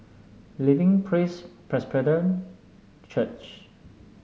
Living Praise Presbyterian Church